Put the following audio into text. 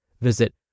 Visit